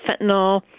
fentanyl